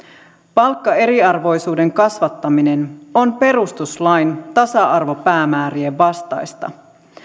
palkkaeriarvoisuuden kasvattaminen on perustuslain tasa arvopäämäärien vastaista